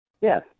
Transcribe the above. Yes